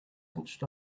hunched